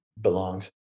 belongs